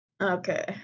Okay